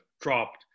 dropped